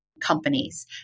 companies